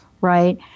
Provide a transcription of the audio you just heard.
right